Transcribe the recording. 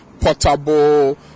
portable